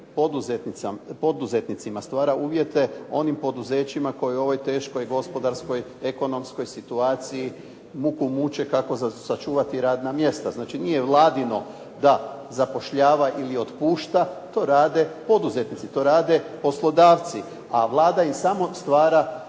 poduzetnicima, stvara uvjete onim poduzećima koji u ovoj teškoj gospodarskoj, ekonomskoj situaciji muku muče kako sačuvati radna mjesta. Znači, nije Vladino da zapošljava ili otpušta, to rade poduzetnici, to rade poslodavci, a Vlada im samo stvara